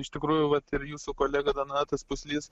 iš tikrųjų vat ir jūsų kolega donatas puslys